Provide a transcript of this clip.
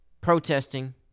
protesting